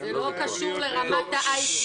שיק פתוח זה כמו כסף.